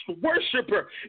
worshiper